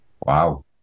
Wow